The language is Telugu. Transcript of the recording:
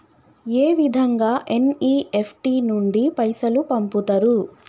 ఏ విధంగా ఎన్.ఇ.ఎఫ్.టి నుండి పైసలు పంపుతరు?